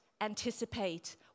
anticipate